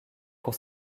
pour